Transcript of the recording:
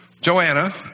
Joanna